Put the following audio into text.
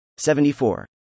74